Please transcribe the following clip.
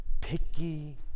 Picky